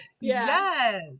Yes